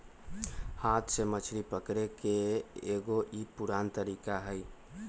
हाथ से मछरी पकड़े के एगो ई पुरान तरीका हई